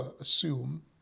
assume